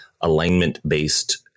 alignment-based